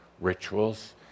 rituals